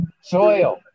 soil